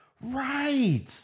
Right